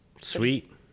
sweet